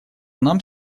нам